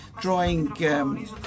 drawing